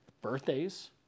birthdays